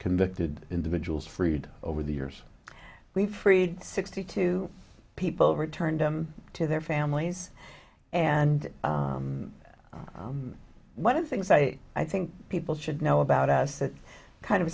convicted individuals freed over the years we freed sixty two people returned to their families and one of the things i i think people should know about us that kind of